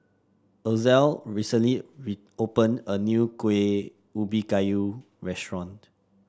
Ozell recently opened a new Kueh Ubi Kayu restaurant